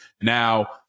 Now